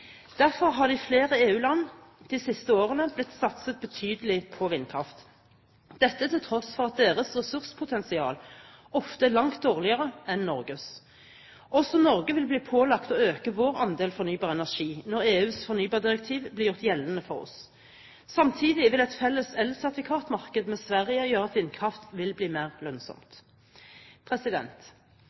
Derfor har det i flere EU-land de siste årene blitt satset betydelig på vindkraft – dette til tross for at deres ressurspotensial ofte er langt dårligere enn Norges. Også Norge vil bli pålagt å øke vår andel fornybar energi når EUs fornybardirektiv blir gjort gjeldende for oss. Samtidig vil et felles elsertifikatmarked med Sverige gjøre at vindkraft vil bli mer lønnsomt.